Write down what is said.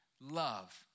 love